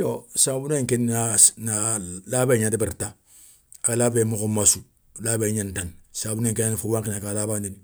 Yo sabou nkéniya na labéyé gna débéri ta, a labéyé mokho massou labéyé gnai ta sabouné nké ana wankhina a ga labandini,